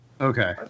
Okay